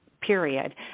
period